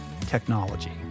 technology